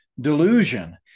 delusion